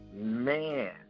Man